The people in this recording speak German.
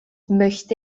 möchte